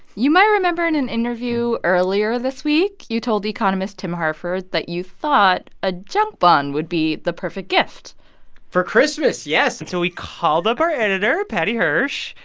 you might remember in an interview earlier this week, you told economist tim harford that you thought a junk bond would be the perfect gift for christmas, yes and so we called up our editor, paddy hirsch,